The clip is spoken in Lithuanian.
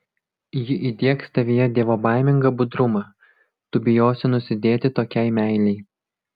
ji įdiegs tavyje dievobaimingą budrumą tu bijosi nusidėti tokiai meilei